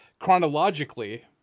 chronologically